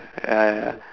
ya ya